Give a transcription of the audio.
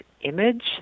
image